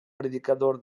predicador